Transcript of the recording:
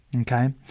okay